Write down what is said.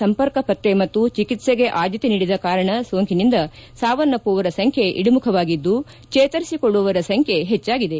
ಸಂಪರ್ಕ ಪತ್ತೆ ಮತ್ತು ಚಿಕಿತ್ಸೆಗೆ ಆದ್ಲತೆ ನೀಡಿದ ಕಾರಣ ಸೋಂಕಿನಿಂದ ಸಾವನ್ನಪ್ಪುವವರ ಸಂಖ್ಯೆ ಇಳಿಮುಖವಾಗಿದ್ದು ಚೇತರಿಸಿಕೊಳ್ಳುವವರ ಸಂಖ್ಯೆ ಹೆಚ್ಚಾಗಿದೆ